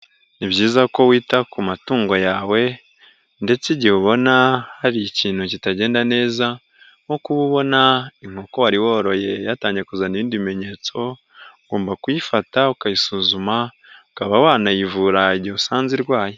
Ni byiza ko wita ku matungo yawe ndetse igihe ubona hari ikintu kitagenda neza, nko kuba ubona inkoko wari woroye yatangiye kuzana ibindi bimenyetso, ugomba kuyifata ukayisuzuma, ukaba wanayivura igihe usanze irwaye.